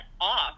off